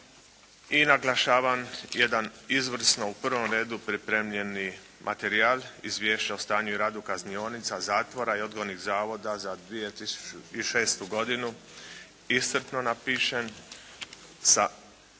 I naglašavam jedan izvrsno u prvom redu pripremljeni materijal Izvješća o stanju i radu kaznionica, zatvora i odgojnih zavoda za 2006. godinu, iscrpno napisan sa